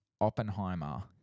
Oppenheimer